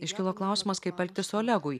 iškilo klausimas kaip elgtis olegui